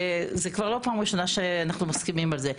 זאת כבר לא הפעם הראשונה שאנחנו מסכימים על זה,